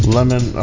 Lemon